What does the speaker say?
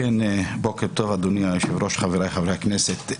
בוקר טוב, אדוני היושב-ראש וחבריי חברי הכנסת.